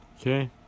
okay